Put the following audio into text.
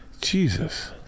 Jesus